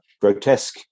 grotesque